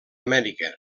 amèrica